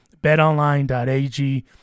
BetOnline.ag